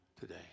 today